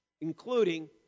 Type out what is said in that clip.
including